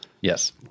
Yes